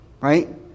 right